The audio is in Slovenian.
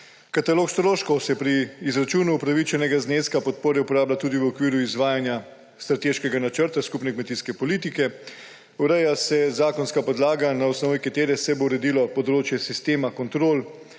Katalog stroškov se pri izračunu upravičenega zneska podpore uporablja tudi v okviru izvajanja Strateškega načrta skupne kmetijske politike. Ureja se zakonska podlaga, na osnovi katere se bo uredilo področje sistema kontrol